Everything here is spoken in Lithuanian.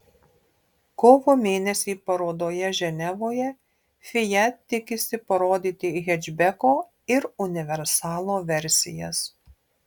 kovo mėnesį parodoje ženevoje fiat tikisi parodyti hečbeko ir universalo versijas